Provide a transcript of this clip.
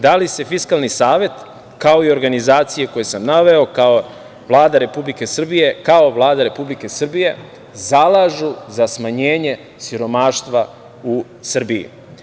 Da li se Fiskalni savet, kao i organizacije koje sam naveo kao Vlada Republike Srbije, zalažu za smanjenje siromaštva u Srbiji.